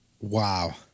Wow